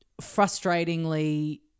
frustratingly